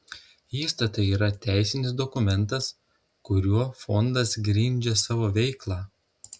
įstatai yra teisinis dokumentas kuriuo fondas grindžia savo veiklą